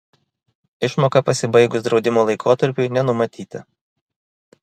išmoka pasibaigus draudimo laikotarpiui nenumatyta